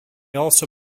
also